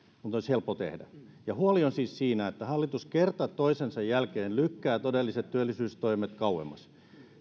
mutta olisi helppo tehdä huoli on siis siinä että hallitus kerta toisensa jälkeen lykkää todelliset työllisyystoimet kauemmas